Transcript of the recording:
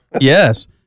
Yes